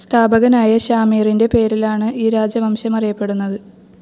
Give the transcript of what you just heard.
സ്ഥാപകനായ ഷാ മിറിൻ്റെ പേരിലാണ് ഈ രാജവംശം അറിയപ്പെടുന്നത്